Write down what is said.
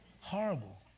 horrible